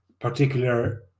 particular